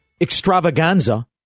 extravaganza